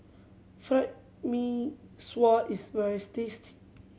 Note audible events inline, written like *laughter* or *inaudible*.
fry Mee Sua is very *unintelligible* tasty